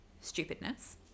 stupidness